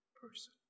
person